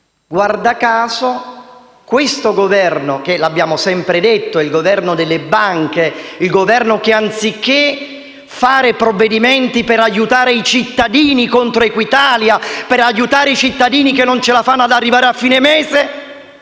cosa fa questo Governo che, come abbiamo sempre detto, è delle banche, il Governo che, anziché fare provvedimenti per aiutare i cittadini contro Equitalia, per aiutare i cittadini che non riescono ad arrivare a fine mese,